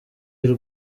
y’u